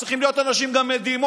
צריכים להיות אנשים גם מדימונה,